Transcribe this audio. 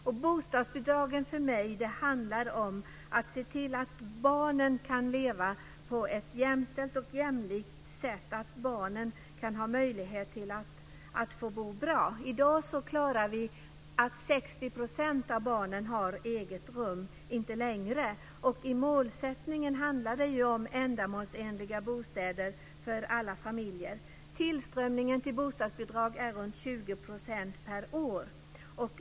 Bostadsbidragen handlar för mig om att se till att barnen kan leva på ett jämställt och jämlikt sätt och ha möjlighet att få bo bra. I dag klarar vi att 60 % av barnen har eget rum men inte mer. Målsättningen är ändamålsenliga bostäder för alla familjer. Tillströmningen till bostadsbidrag är runt 20 % per år.